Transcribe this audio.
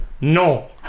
no